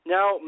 Now